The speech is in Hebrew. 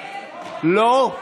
לא?